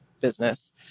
business